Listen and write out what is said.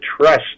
trust